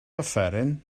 offeryn